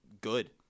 good